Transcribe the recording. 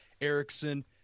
erickson